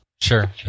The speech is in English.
Sure